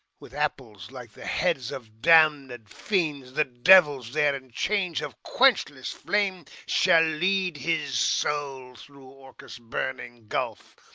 with apples like the heads of damned fiends. the devils there, in chains of quenchless flame, shall lead his soul, through orcus' burning gulf,